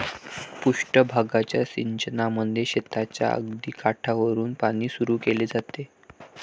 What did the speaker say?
पृष्ठ भागाच्या सिंचनामध्ये शेताच्या अगदी काठावरुन पाणी सुरू केले जाते